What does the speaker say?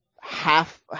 half –